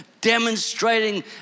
demonstrating